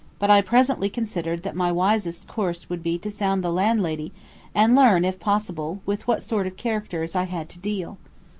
but i presently considered that my wisest course would be to sound the landlady and learn if possible with what sort of characters i had to deal.